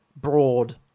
broad